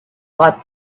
lot